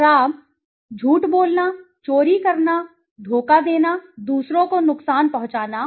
खराब झूठ बोलना चोरी करना धोखा देना दूसरों को नुकसान पहुंचाना